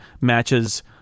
matches